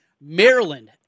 Maryland